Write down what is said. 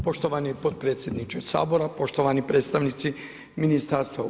Poštovani potpredsjedniče Sabora, poštovani predstavnici ministarstva.